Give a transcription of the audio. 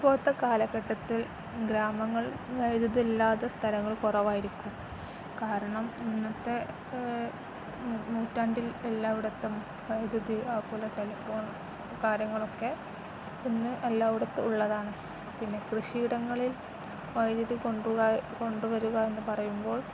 ഇപ്പോഴത്തെ കാലഘട്ടത്തിൽ ഗ്രാമങ്ങൾ വൈദ്യുതിയില്ലാത്ത സ്ഥലങ്ങൾ കുറവായിരിക്കും കാരണം ഇന്നത്തെ ഏ നൂറ്റാണ്ടിൽ എല്ലായിടത്തും വൈദ്യുതി അതുപോലെ ടെലിഫോൺ കാര്യങ്ങളൊക്കെ ഇന്ന് എല്ലായിടത്തും ഉള്ളതാണ് പിന്നെ കൃഷിയിടങ്ങളിൽ വൈദ്യുതി കൊണ്ടുവരികയെന്നു പറയുമ്പോൾ